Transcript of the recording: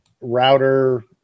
router